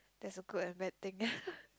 that's a good and bad thing